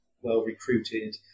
well-recruited